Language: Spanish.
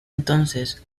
entonces